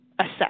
assess